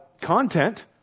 content